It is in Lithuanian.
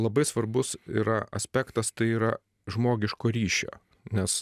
labai svarbus yra aspektas tai yra žmogiško ryšio nes